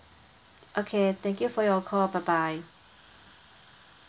okay thank you for your call bye bye